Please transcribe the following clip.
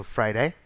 Friday